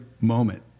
moment